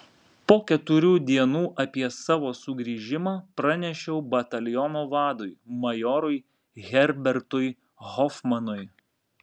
po keturių dienų apie savo sugrįžimą pranešiau bataliono vadui majorui herbertui hofmanui